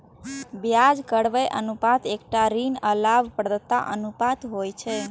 ब्याज कवरेज अनुपात एकटा ऋण आ लाभप्रदताक अनुपात होइ छै